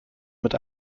mit